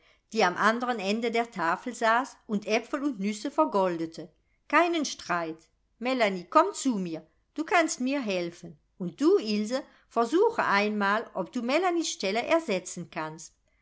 die am andern ende der tafel saß und aepfel und nüsse vergoldete keinen streit melanie komm zu mir du kannst mir helfen und du ilse versuche einmal ob du melanies stelle ersetzen kannst